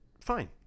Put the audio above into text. fine